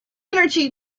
energy